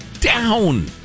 down